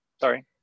Sorry